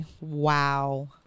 wow